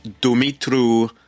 dumitru